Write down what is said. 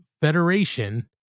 federation